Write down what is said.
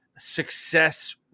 success